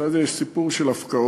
אחרי זה יש סיפור של הפקעות.